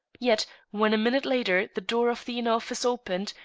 yet when a minute later the door of the inner office opened,